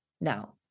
now